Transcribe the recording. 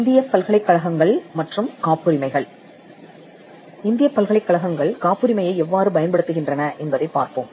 இந்தியப் பல்கலைக்கழகங்கள் காப்புரிமையை எவ்வாறு பயன்படுத்துகின்றன என்பதைப் பார்ப்போம்